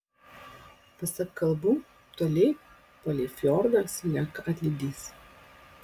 pasak kalbų toli palei fjordą slenka atlydys